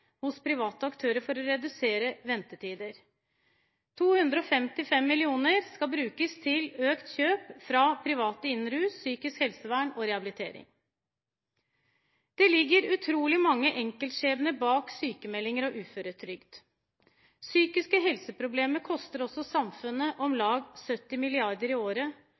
hos private aktører for å redusere ventetider. 255 mill. kr skal brukes til økt kjøp fra private innen rus, psykisk helsevern og rehabilitering. Det ligger utrolig mange enkeltskjebner bak sykemeldinger og uføretrygd. Psykiske helseproblemer koster også samfunnet om lag 70 mrd. kr i året,